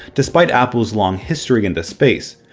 despite apple's long history in the space.